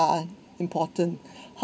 are important